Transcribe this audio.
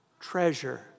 treasure